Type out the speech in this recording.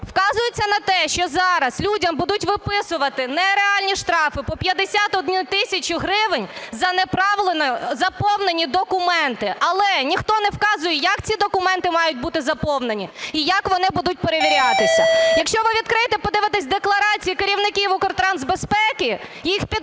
вказується на те, що зараз людям будуть виписувати нереальні штрафи по 51 тисячі гривень за неправильно заповнені документи. Але ніхто не вказує як ці документи мають бути заповнені і як вони будуть перевірятися? Якщо ви відкриєте і подивитесь декларації керівників Укртрансбезпеки їх підлеглих,